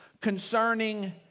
concerning